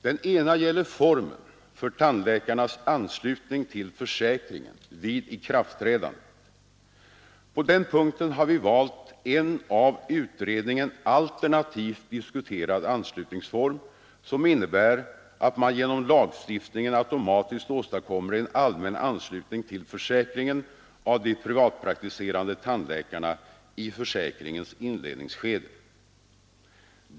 Den första gäller formen för tandläkarnas anslutning till försäkringen vid ikraftträdandet. På den punkten har vi valt en av utredningen alternativt diskuterad anslutningsform som innebär att man genom lagstiftningen automatiskt åstadkommer en allmän anslutning till försäkringen av de privatpraktiserande tandläkarna i försäkringens inledningsskede.